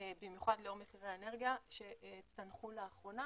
במיוחד לאור מחירי האנרגיה שצנחו לאחרונה.